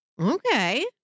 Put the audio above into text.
Okay